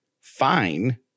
fine